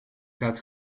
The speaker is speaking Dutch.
gaat